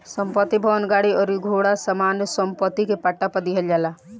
संपत्ति, भवन, गाड़ी अउरी घोड़ा सामान्य सम्पत्ति के पट्टा पर दीहल जाला